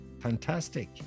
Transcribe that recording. Fantastic